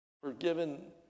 forgiven